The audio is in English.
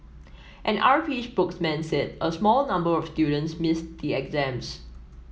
an R P spokesman said a small number of students missed the exams